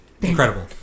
incredible